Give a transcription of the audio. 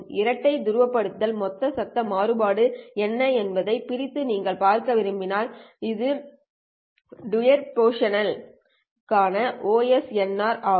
இரட்டை துருவப்படுத்தல் மொத்த சத்தம் மாறுபாடு என்ன என்பதைப் பிரித்து நீங்கள் பார்க்க விரும்பினால் இது டூயல் போலாரிசேஷன்க்கான OSNR ஆகும்